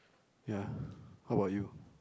ya how about you